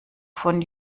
von